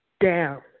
down